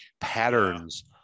patterns